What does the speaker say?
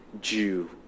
Jew